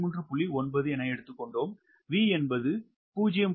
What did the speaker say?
9 உள்ளது V என்பது 0